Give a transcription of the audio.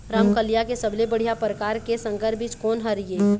रमकलिया के सबले बढ़िया परकार के संकर बीज कोन हर ये?